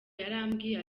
yarambwiye